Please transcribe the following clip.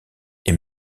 est